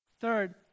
Third